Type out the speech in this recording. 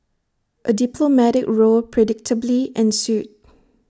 A diplomatic row predictably ensued